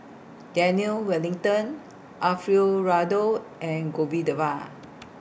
Daniel Wellington Alfio Raldo and